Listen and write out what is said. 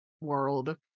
world